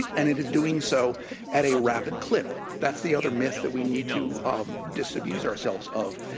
and it is doing so at a rapid clip. that's the other myth that we need to um disabuse ourselves of.